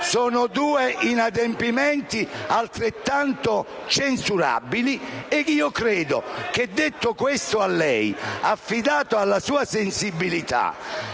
Sono due inadempimenti altrettanto censurabili e credo che, detto questo a lei e affidata la questione alla sua sensibilità